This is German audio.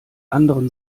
anderen